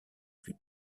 plus